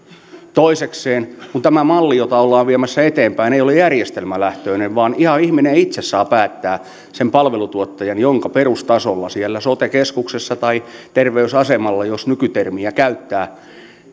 toisekseen tämä malli jota ollaan viemässä eteenpäin ei ole järjestelmälähtöinen vaan ihan ihminen itse saa päättää sen palvelutuottajan ja perustasolla siellä sote keskuksessa tai terveysasemalla jos nykytermiä käyttää